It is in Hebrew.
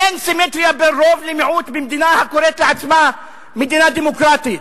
אין סימטריה בין רוב למיעוט במדינה הקוראת לעצמה מדינה דמוקרטית.